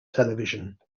television